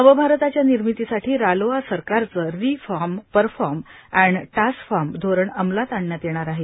नव भारताच्या निर्मितीसाठी रालोआ सरकारचं रिफर्म परफार्म अप्टड टास्फार्म धोरण अमलात आणण्यात येणार आहे